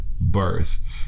birth